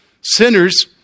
Sinners